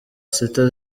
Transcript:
sita